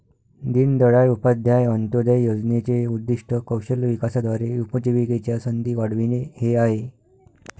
दीनदयाळ उपाध्याय अंत्योदय योजनेचे उद्दीष्ट कौशल्य विकासाद्वारे उपजीविकेच्या संधी वाढविणे हे आहे